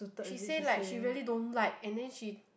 she said like she really don't like and then she